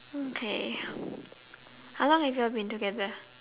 okay how long have you all been together